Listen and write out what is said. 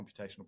computational